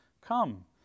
Come